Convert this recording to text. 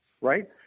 right